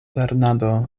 lernado